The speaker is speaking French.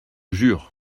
jure